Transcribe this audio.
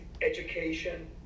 education